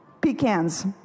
pecans